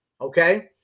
Okay